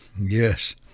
Yes